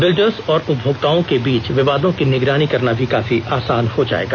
builders और उपभोक्ताओं के बीच विवादों की निगरानी करना भी काफी आसान हो जाएगा